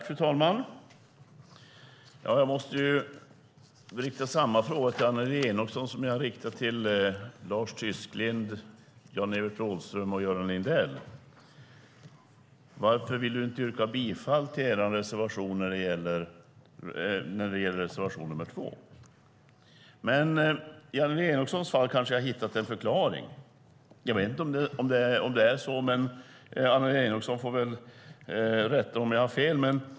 Fru talman! Jag måste rikta samma fråga till Annelie Enochson som jag riktade till Lars Tysklind, Jan-Evert Rådhström och Göran Lindell: Varför vill du inte yrka bifall till er reservation nr 2? Men i Annelie Enochsons fall kanske jag har hittat en förklaring. Jag vet inte om det är så - Annelie Enochson får väl rätta mig om jag har fel.